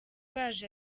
baje